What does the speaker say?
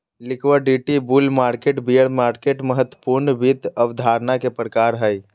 liquidity, bull market, bear market महत्वपूर्ण वित्त अवधारणा के प्रकार हय